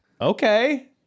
Okay